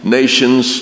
nations